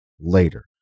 later